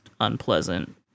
unpleasant